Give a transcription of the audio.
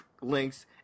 links